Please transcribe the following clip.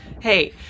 Hey